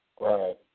Right